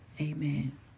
Amen